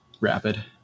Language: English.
Rapid